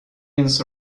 ins